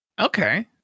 Okay